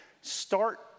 Start